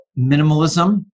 minimalism